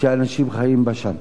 שאנשים חיים בה שם.